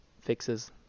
fixes